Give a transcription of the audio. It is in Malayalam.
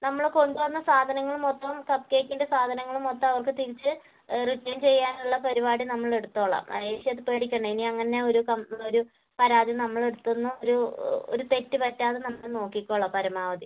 നമ്മൾ കൊണ്ട് വന്ന സാധനങ്ങൾ മൊത്തം കപ്പ് കേക്കിൻ്റെ സാധനങ്ങൾ മൊത്തം അവർക്ക് തിരിച്ച് റിട്ടേൺ ചെയ്യാൻ ഉള്ള പരിപാടി നമ്മളെടുത്തോളാം ആ ചേച്ചി അത് പേടിക്കണ്ട ഇനി അങ്ങനെ ഒരു ഒരു പരാതി നമ്മളെ അടുത്തു നിന്ന് ഒരു ഒരു തെറ്റ് പറ്റാതെ നമ്മൾ നോക്കിക്കോളാം പരമാവധി